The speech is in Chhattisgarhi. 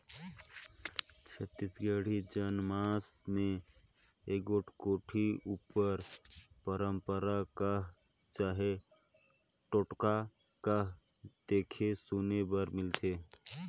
छत्तीसगढ़ी जनमानस मे एगोट कोठी उपर पंरपरा कह चहे टोटका कह देखे सुने बर मिलथे